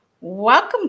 Welcome